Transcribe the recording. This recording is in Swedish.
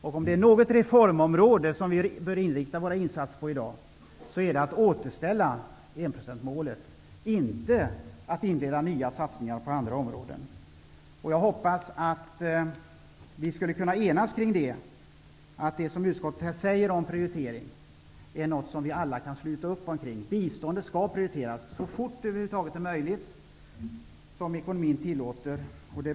Om det är någon reform som vi i dag bör inrikta våra insatser på så är det att återställa enprocentsmålet och inte att inleda nya satsningar på andra områden. Jag hoppas att vi skulle kunna enas och att det som utskottet säger om prioritering är något som vi alla kan sluta upp omkring. Biståndet skall prioriteras så fort som det över huvud taget är möjligt och så snart som ekonomin det tillåter.